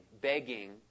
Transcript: begging